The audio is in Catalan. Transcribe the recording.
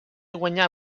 guanyà